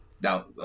Now